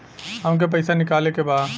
हमके पैसा निकाले के बा